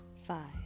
Five